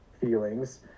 feelings